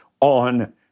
on